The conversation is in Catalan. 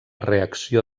reacció